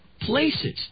places